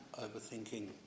overthinking